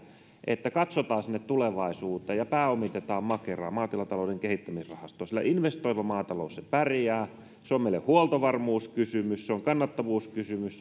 että katsotaan sinne tulevaisuuteen ja pääomitetaan makeraa maatilatalouden kehittämisrahastoa sillä investoiva maatalous pärjää se on meille huoltovarmuuskysymys se on kannattavuuskysymys